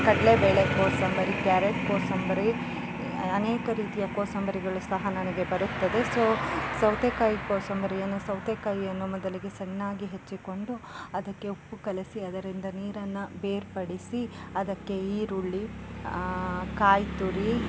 ಕಡಲೆ ಬೇಳೆ ಕೋಸಂಬರಿ ಕ್ಯಾರೆಟ್ ಕೋಸಂಬರಿ ಅನೇಕ ರೀತಿಯ ಕೋಸಂಬರಿಗಳು ಸಹ ನನಗೆ ಬರುತ್ತದೆ ಸೊ ಸೌತೆ ಕಾಯಿ ಕೋಸಂಬರಿಯನ್ನು ಸೌತೆ ಕಾಯಿಯನ್ನು ಮೊದಲಿಗೆ ಸಣ್ಣದಾಗಿ ಹೆಚ್ಚಿಕೊಂಡು ಅದಕ್ಕೆ ಉಪ್ಪು ಕಲಸಿ ಅದರಿಂದ ನೀರನ್ನು ಬೇರ್ಪಡಿಸಿ ಅದಕ್ಕೆ ಈರುಳ್ಳಿ ಕಾಯಿ ತುರಿ